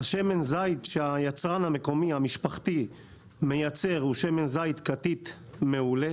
השמן זית שהיצרן המקומי המשפחתי מייצר הוא שמן זית כתית מעולה.